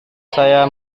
saya